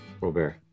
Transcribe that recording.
Robert